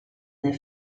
their